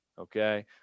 Okay